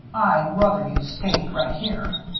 i'd ruther you stayed right here.